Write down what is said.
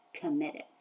committed